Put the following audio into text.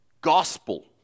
gospel